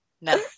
No